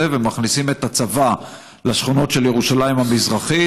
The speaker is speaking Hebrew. ומכניסים את הצבא לשכונות של ירושלים המזרחית,